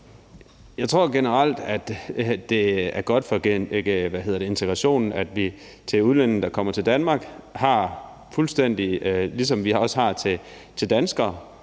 Jeg tror generelt, det er godt for integrationen, at vi har forventninger til udlændinge, der kommer til Danmark -- fuldstændig som vi har til danskere